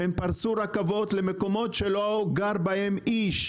הם פרסו רכבות למקומות שלא גר בהם איש,